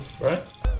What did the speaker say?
Right